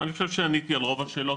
אני חושב שעניתי על רוב השאלות,